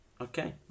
Okay